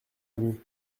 ami